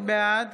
בעד